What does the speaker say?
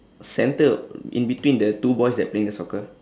centre in between the two boys that playing the soccer